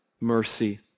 mercy